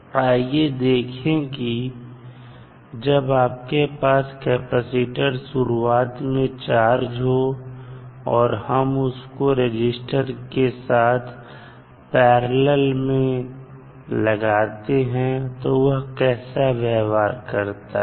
आइए देखें कि जब आपके पास कैपेसिटर शुरुआत में चार्ज हो और हम उसको रजिस्टर के साथ पैरलल में लगाते हैं तो वह कैसा व्यवहार करता है